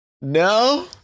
no